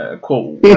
Quote